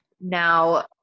now